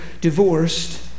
divorced